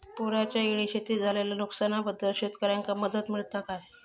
पुराच्यायेळी शेतीत झालेल्या नुकसनाबद्दल शेतकऱ्यांका मदत मिळता काय?